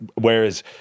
whereas